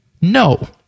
no